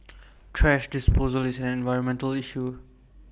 thrash disposal is an environmental issue